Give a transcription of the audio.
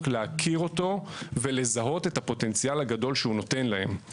להכיר אותו ולזהות את הפוטנציאל הגדול שהוא נותן להם.